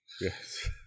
Yes